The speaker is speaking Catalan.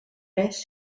pes